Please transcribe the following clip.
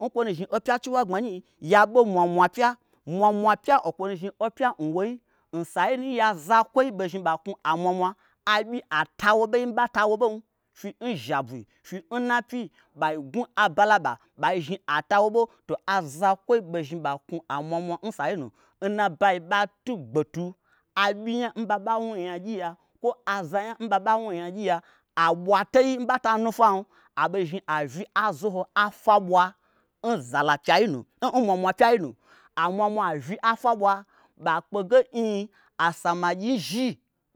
N kwonu zhni opya chiwagbmanyi'yi yabe mwamwa pya, mwamwa pya okwo nu zhni opya nwoi nsai nu n ya zakwoi ɓei zhni ɓai knwu amwamwa aɓyi atawoɓei nɓata wobom fyi n zhabwui. fyi nna pyi.ɓai gnwu aɓa labalaba ɓai zhni atawoɓo to azakwoi ɓei zhni ɓa knwu amwamwa n sayi nu nna bai ɓa tu gbetu aɓyinya n ɓa'ɓa wnu nyagyi ya kwo azanya nɓa'ɓa wnu nyagyii ya aɓwatei n ɓata nufwam aɓei zhni ai vyi azoho afwa bwa n mwamwa pyai nu amwamwa'a vyi afwaɓwa ɓa kpege n asamagyi n zhi